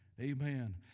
amen